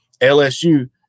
LSU –